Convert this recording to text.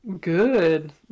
Good